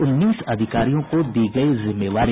उन्नीस अधिकारियों को दी गयी जिम्मेवारी